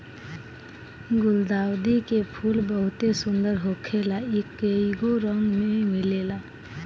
गुलदाउदी के फूल बहुते सुंदर होखेला इ कइगो रंग में मिलेला